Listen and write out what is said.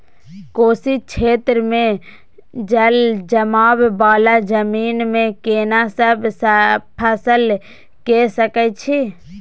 कोशी क्षेत्र मे जलजमाव वाला जमीन मे केना सब फसल के सकय छी?